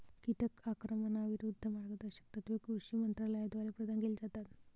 कीटक आक्रमणाविरूद्ध मार्गदर्शक तत्त्वे कृषी मंत्रालयाद्वारे प्रदान केली जातात